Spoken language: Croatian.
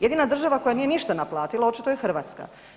Jedina država koja nije ništa naplatila očito je Hrvatska.